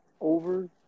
over